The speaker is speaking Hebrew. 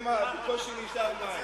בקושי נשארו מים.